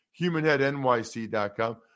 HumanHeadNYC.com